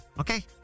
Okay